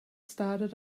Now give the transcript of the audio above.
started